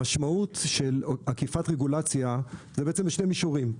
המשמעות של עקיפת רגולציה היא בשני מישורים: